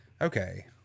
okay